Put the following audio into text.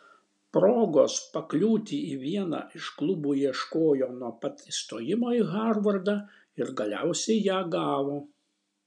progos pakliūti į vieną iš klubų ieškojo nuo pat įstojimo į harvardą ir galiausiai ją gavo